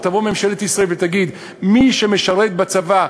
או תבוא ממשלת ישראל ותגיד: מי שמשרת בצבא,